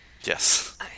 Yes